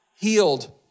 healed